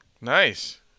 Nice